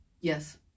Yes